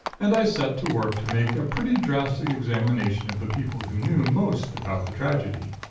and i set to work to make a pretty drastic examination of the people who knew most about the tragedy.